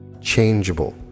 changeable